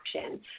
action